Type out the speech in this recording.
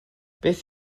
beth